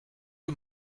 you